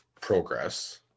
progress